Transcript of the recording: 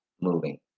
moving